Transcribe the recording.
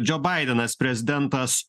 džio baidenas prezidentas